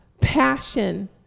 passion